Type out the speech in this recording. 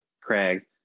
Craig